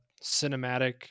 cinematic